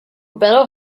better